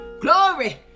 Glory